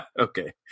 Okay